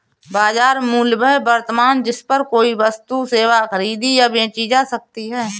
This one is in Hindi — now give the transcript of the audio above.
बाजार मूल्य वह वर्तमान जिस पर कोई वस्तु सेवा खरीदी या बेची जा सकती है